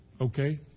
Okay